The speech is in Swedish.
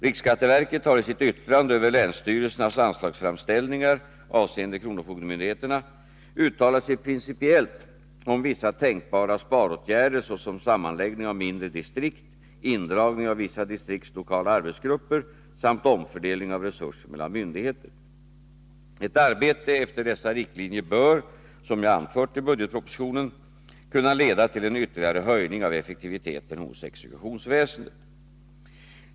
Riksskatteverket har i sitt yttrande över länsstyrelsernas anslagsframställningar avseende kronofogdemyndigheterna uttalat sig principiellt om vissa tänkbara sparåtgärder, såsom sammanläggning av mindre distrikt, indragning av vissa distrikts lokala arbetsgrupper samt omfördelning av resurser mellan myndigheter. Ett arbete efter dessa riktlinjer bör, som jag anfört i budgetpropositionen, kunna leda till en ytterligare höjning av effektiviteten hos exekutionsväsendet.